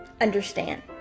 understand